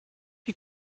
wie